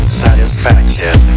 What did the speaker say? satisfaction